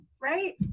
right